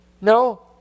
No